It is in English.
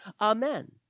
Amen